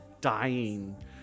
dying